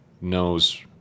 knows